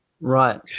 Right